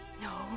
No